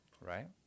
right